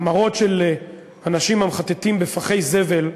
המראות של אנשים המחטטים בפחי זבל,